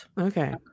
okay